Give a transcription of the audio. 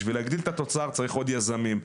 בשביל להגדיל את התוצר צריך עוד יזמים,